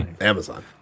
Amazon